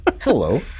hello